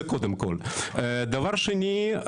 דבר שני,